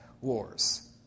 wars